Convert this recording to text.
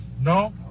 no